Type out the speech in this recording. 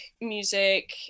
music